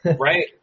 Right